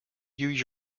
use